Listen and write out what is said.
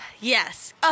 Yes